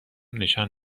نشان